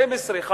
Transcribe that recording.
12,000,